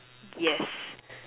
yes